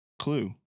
Clue